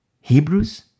Hebrews